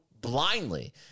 blindly